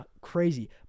crazy